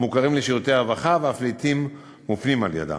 מוכרים לשירותי הרווחה ולעתים אף מופנים על-ידיהם.